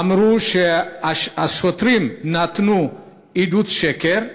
אמרו שהשוטרים נתנו עדות שקר.